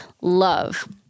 love